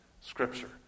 scripture